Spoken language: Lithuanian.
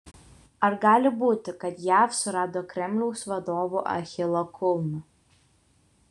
ar gali būti kad jav surado kremliaus vadovų achilo kulną